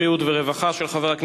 בריאות ורווחה (הוראת שעה),